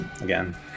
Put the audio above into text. again